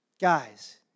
guys